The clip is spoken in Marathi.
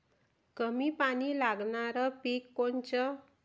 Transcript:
कमी पानी लागनारं पिक कोनचं?